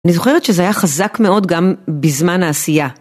אני זוכרת שזה היה חזק מאוד גם בזמן העשייה.